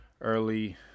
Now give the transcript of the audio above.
early